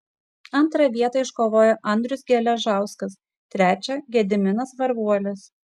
antrą vietą iškovojo andrius geležauskas trečią gediminas varvuolis